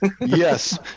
Yes